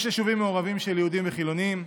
יש יישובים מעורבים של יהודים וחילונים,